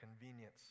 convenience